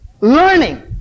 learning